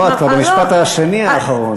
נו, את כבר במשפט השני האחרון.